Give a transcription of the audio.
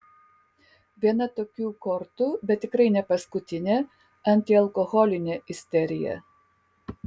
viena tokių kortų bet tikrai ne paskutinė antialkoholinė isterija